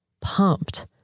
pumped